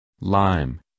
Lime